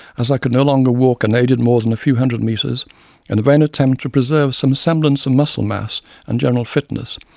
as i can no longer walk unaided more than a few hundred metres, in a vain attempt to preserve some semblance of muscle mass and general fitness,